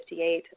1958